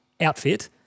outfit